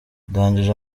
ndagije